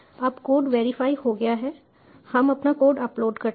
अब code verify हो गया है हम अपना कोड अपलोड करते हैं